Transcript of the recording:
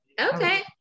okay